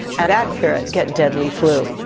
and that ferret get deadly flu.